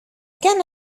كان